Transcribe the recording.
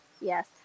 Yes